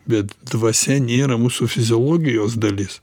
bet dvasia nėra mūsų fiziologijos dalis